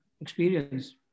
experience